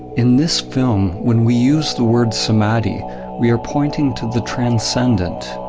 in this film when we use the word samadhi we are pointing to the transcendent.